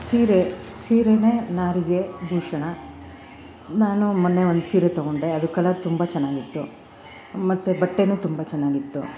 ಸೀರೆ ಸೀರೆನೇ ನಾರಿಗೆ ಭೂಷಣ ನಾನು ಮೊನ್ನೆ ಒಂದು ಸೀರೆ ತಗೊಂಡೆ ಅದು ಕಲರ್ ತುಂಬ ಚೆನ್ನಾಗಿತ್ತು ಮತ್ತೆ ಬಟ್ಟೆಯೂ ತುಂಬ ಚೆನ್ನಾಗಿತ್ತು